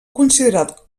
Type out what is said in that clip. considerat